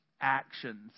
actions